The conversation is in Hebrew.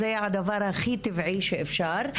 וזה הדבר הכי טבעי שאפשר.